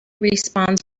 respawns